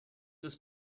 des